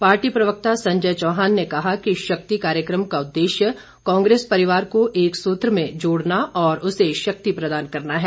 party प्रवक्ता संजय चौहान ने कहा कि शक्ति कार्यक्रम का उद्देश्य कांग्रेस परिवार को एकसूत्र में जोड़ना और उसे शक्ति प्रदान करना है